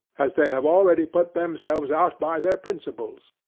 as they have already put themselves out by their principles.